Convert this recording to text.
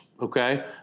okay